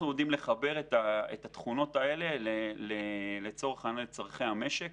אנחנו יודעים לחבר את התכונות האלה לצורכי המשק.